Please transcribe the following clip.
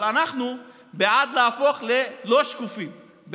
אבל אנחנו בעד להפוך ללא שקופים,